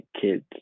kids